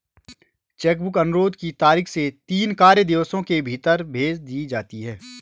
check book अनुरोध की तारीख से तीन कार्य दिवसों के भीतर भेज दी जाती है